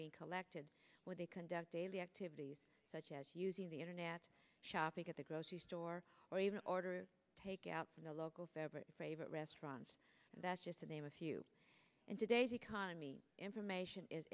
being collected where they conduct daily activities such as using the internet shopping at the grocery store or even order takeout from the local beverage favorite restaurants and that's just to name a few in today's economy information is